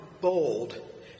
bold